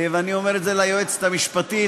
ואני אומר את זה ליועצת המשפטית,